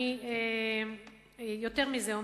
יותר מזה,